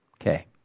Okay